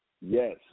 Yes